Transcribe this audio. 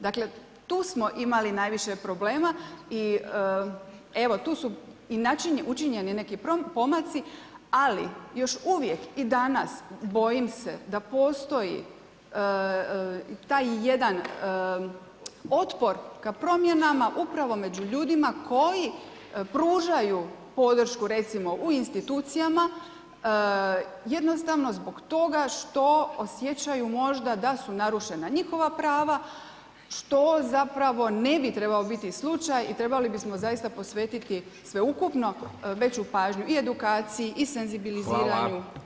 Dakle, tu smo imali najviše problema i evo tu su i učinjeni neki pomaci, ali još uvijek i danas bojim se da postoji taj jedan otpor ka promjenama upravo među ljudima koji pružaju podršku recimo u institucijama, jednostavno zbog toga što osjećaju možda da su narušena njihova prava što zapravo ne bi trebao biti slučaj i trebali bismo zaista posvetiti sveukupno veću pažnju i edukaciji i senzibiliziranju…